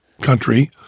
country